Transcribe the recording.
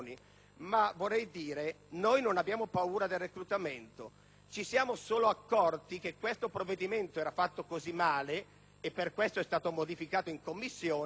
rispondere che noi non abbiamo paura del reclutamento, ma ci siamo solo accorti che questo provvedimento era fatto così male (e per questo motivo è stato modificato in Commissione)